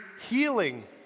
healing